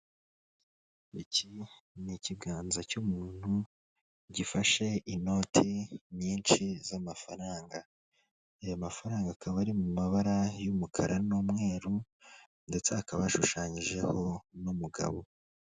Iki ni ikiganza cy'umuntu gifashe inoti nyinshi z'amafaranga aya mafaranga akaba ari mu mabara y'umukara n'umweru ndetse akaba ashushanyijeho n'umugabo.